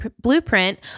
blueprint